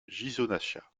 ghisonaccia